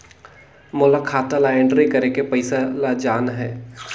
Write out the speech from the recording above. मोला खाता ला एंट्री करेके पइसा ला जान हे?